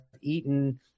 eaten